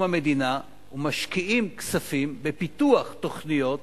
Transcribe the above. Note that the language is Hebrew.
המדינה ומשקיעים כספים בפיתוח תוכניות